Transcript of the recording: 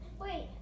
Wait